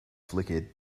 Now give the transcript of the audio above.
flickered